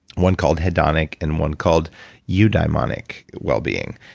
one called hedonic and one called eudaimonic well-being.